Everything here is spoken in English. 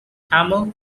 tamil